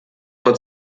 vor